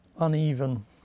uneven